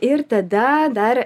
ir tada dar